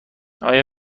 آیا